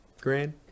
grand